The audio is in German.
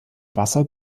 wasser